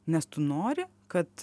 nes tu nori kad